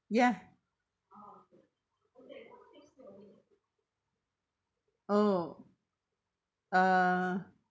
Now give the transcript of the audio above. ya oh uh